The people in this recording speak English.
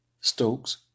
Stokes